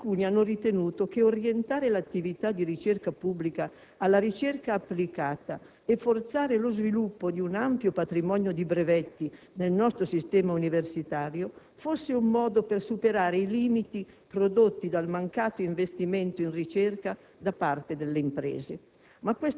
Alcuni hanno ritenuto che orientare l'attività di ricerca pubblica alla ricerca applicata e forzare lo sviluppo di un ampio patrimonio di brevetti nel nostro sistema universitario fosse un modo per superare i limiti prodotti dal mancato investimento in ricerca da parte delle imprese,